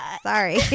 sorry